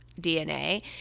DNA